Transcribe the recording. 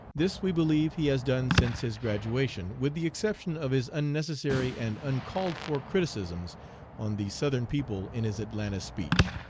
this we believe he has done since his graduation, with the exception of his unnecessary and uncalled-for criticisms on the southern people in his atlanta speech.